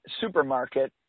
supermarket